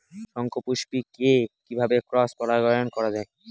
শঙ্খপুষ্পী কে কিভাবে ক্রস পরাগায়ন করা যায়?